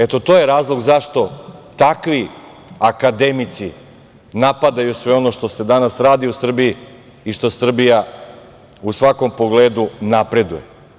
Eto, to je razlog zašto takvi akademici napadaju sve ono što se danas radi u Srbiji i što Srbija u svakom pogledu napreduje.